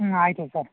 ಹ್ಞೂ ಆಯಿತು ಸರ್